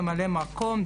ממלא מקום,